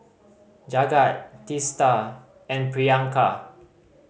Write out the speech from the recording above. Jagat Teesta and Priyanka